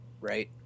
right